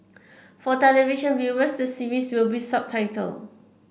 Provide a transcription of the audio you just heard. for television viewers the series will be subtitled